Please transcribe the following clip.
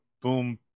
boom